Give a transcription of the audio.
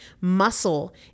Muscle